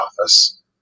office